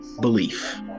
belief